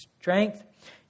strength